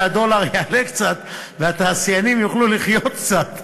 כדי שהדולר יעלה קצת והתעשיינים יוכלו לחיות קצת.